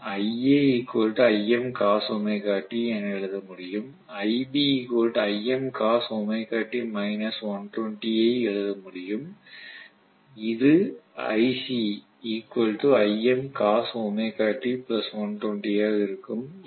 நான் ஐ எழுத முடியும் ஐ எழுத முடியும் இது ஆக இருக்கும்